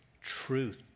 truth